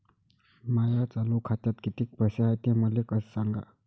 माया चालू खात्यात किती पैसे हाय ते मले सांगा